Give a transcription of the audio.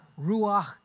Ruach